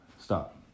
stop